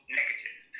negative